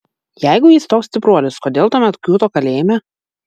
jeigu jis toks stipruolis kodėl tuomet kiūto kalėjime